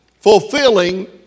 fulfilling